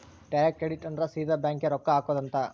direct credit ಅಂದ್ರ ಸೀದಾ bank ಗೇ ರೊಕ್ಕ ಹಾಕೊಧ್ ಅಂತ